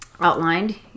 outlined